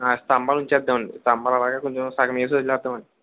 స్తంభాలు ఉంచేద్దామండి ఆ స్తంభాలు అలాగే కొంచం సగం వేసి వదిలేద్దామండి